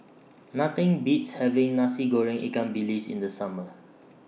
Nothing Beats having Nasi Goreng Ikan Bilis in The Summer